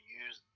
use